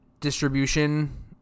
Distribution